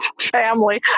family